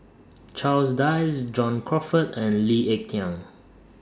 Charles Dyce John Crawfurd and Lee Ek Tieng